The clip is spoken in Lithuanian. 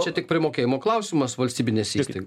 čia tik primokėjimo klausimas valstybinės įstaigos